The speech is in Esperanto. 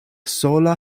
sola